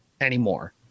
anymore